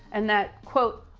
and that quote,